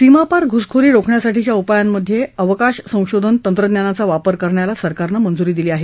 सीमापार घुसखोरी रोखण्यासाठीच्या उपायांमधे अवकाश संशोधन तंत्रज्ञानाचा वापर करण्याला सरकारनं मंजुरी दिली आहे